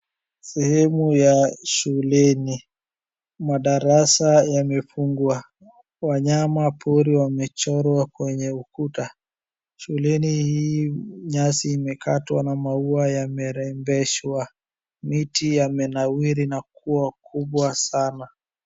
Sehemu ya shuleni, madarasa yamefungwa, wanyama pori wamechorwa kwenye ukuta. Shuleni hii nyasi imekatwa na maua yamerembeshwa, miti yamenawiri nakuwa kubwa sana